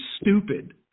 stupid